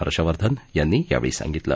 हर्षवर्धन यांनी यावेळी सांगितलं